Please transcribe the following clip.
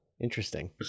interesting